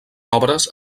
obres